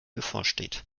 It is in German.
bevorsteht